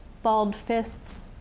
balled fists,